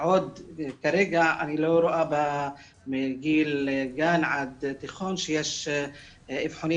כרגע אני לא רואה מגיל גן עד תיכון שיש אבחונים